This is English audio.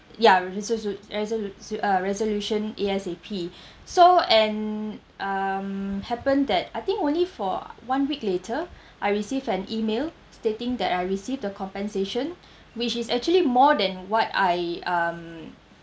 ya reso~ su~ resolu~ s~ uh resolution A_S_A_P so and um happened that I think only for one week later I receive an email stating that I received the compensation which is actually more than what I um